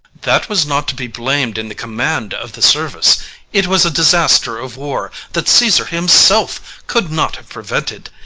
that was not to be blam'd in the command of the service it was a disaster of war that caesar himself could not have prevented,